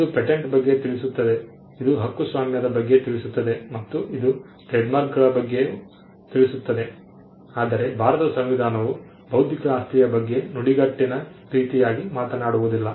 ಇದು ಪೇಟೆಂಟ್ ಬಗ್ಗೆ ತಿಳಿಸುತ್ತದೆ ಇದು ಹಕ್ಕುಸ್ವಾಮ್ಯದ ಬಗ್ಗೆ ತಿಳಿಸುತ್ತದೆ ಮತ್ತು ಇದು ಟ್ರೇಡ್ಮಾರ್ಕ್ಗಳ ಬಗ್ಗೆ ತಿಳಿಸುತ್ತದೆ ಆದರೆ ಭಾರತದ ಸಂವಿಧಾನವು ಬೌದ್ಧಿಕ ಆಸ್ತಿಯ ಬಗ್ಗೆ ನುಡಿಗಟ್ಟಿನ ರೀತಿಯಾಗಿ ಮಾತನಾಡುವುದಿಲ್ಲ